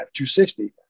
260